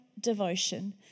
devotion